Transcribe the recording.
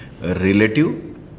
relative